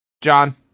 John